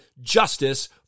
justice